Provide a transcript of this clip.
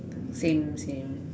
same same